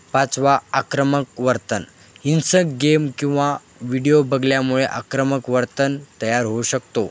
पाचवा आक्रमक वर्तन हिंसक गेम किंवा व्हिडिओ बघितल्यामुळे आक्रमक वर्तन तयार होऊ शकतो